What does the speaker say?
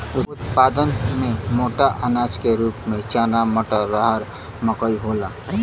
उत्पादन में मोटा अनाज के रूप में चना मटर, रहर मकई होला